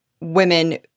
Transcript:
women